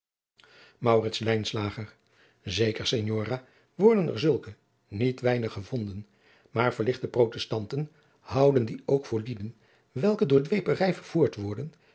zeker signora worden er zulken niet weinig gevonden maar verlichte protestanten houden die ook voor lieden welke door dweeperij vervoerd worden